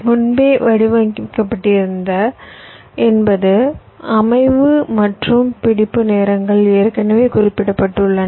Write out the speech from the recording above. முன்பே வடிவமைக்கப்பட்டிருப்பது என்பது அமைவு மற்றும் பிடிப்பு நேரங்கள் ஏற்கனவே குறிப்பிடப்பட்டுள்ளன